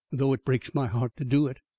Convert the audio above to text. though it breaks my heart to do it.